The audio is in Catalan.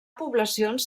poblacions